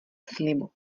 slibu